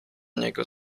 niego